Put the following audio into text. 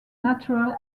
natural